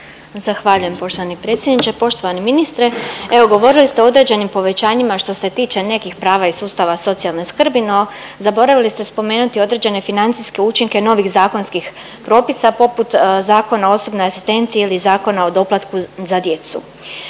Zahvaljujem poštovani predsjedniče. Poštovani ministre, evo govorili ste o određenim povećanjima što se tiče nekih prava iz sustava socijalne skrbi, no zaboravili ste spomenuti određene financijske učinke novih zakonskih propisa poput Zakona o osobnoj asistenciji ili Zakona o doplatku za djecu.